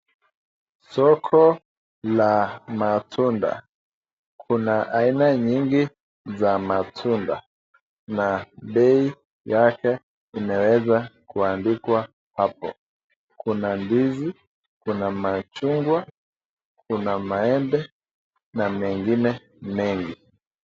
Soko la matunda. Kuna aina nyingi za matunda na bei yake imeweza kuandikwa hapo. Kuna ndizi , kuma machungwa, kuna maembe na mengine mengi.